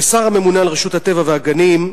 כשר הממונה על רשות הטבע והגנים,